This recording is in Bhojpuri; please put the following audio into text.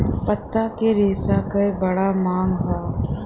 पत्ता के रेशा क बड़ा मांग हौ